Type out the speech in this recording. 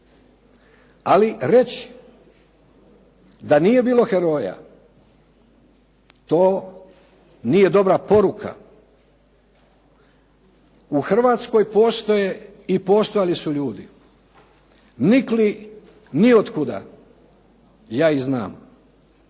Ali reći da nije bilo heroja, to nije dobra poruka. U Hrvatskoj postoje i postojali su ljudi, nikli niotkuda, ja ih znam.